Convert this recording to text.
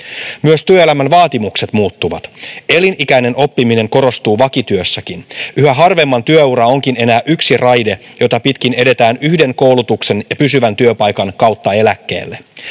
Myös työelämän vaatimukset muuttuvat. Elinikäinen oppiminen korostuu vakityössäkin. Yhä harvemman työura onkaan enää yksi raide, jota pitkin edetään yhden koulutuksen ja pysyvän työpaikan kautta eläkkeelle.